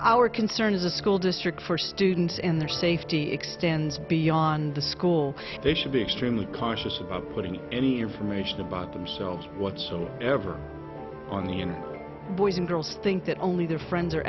that our concerns a school district for students in their safety extends beyond the school they should be extremely cautious about putting any information about themselves what so ever on the in boys and girls think that only their friends are